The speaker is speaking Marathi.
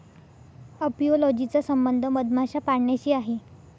अपियोलॉजी चा संबंध मधमाशा पाळण्याशी आहे